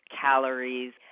calories